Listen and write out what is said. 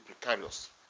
precarious